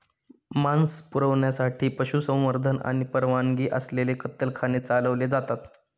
मांस पुरवठ्यासाठी पशुसंवर्धन आणि परवानगी असलेले कत्तलखाने चालवले जातात